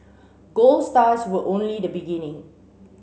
gold stars were only the beginning